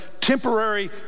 temporary